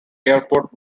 airport